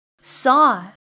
Saw